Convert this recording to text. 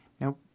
Now